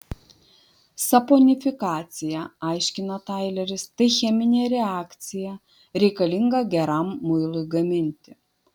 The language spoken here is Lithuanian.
saponifikacija aiškina taileris tai cheminė reakcija reikalinga geram muilui gaminti